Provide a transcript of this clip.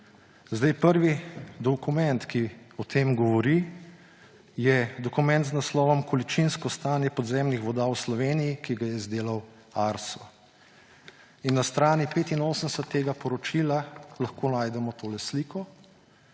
Prvi dokument, ki o tem govori, je dokument z naslovom Količinsko stanje podzemnih voda v Sloveniji, ki ga je izdelal Arso. In na strani 85 tega poročila lahko najdemo tole sliko,